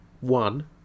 One